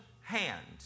hand